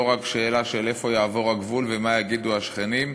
רק שאלה של איפה יעבור הגבול ומה יגידו השכנים,